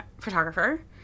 photographer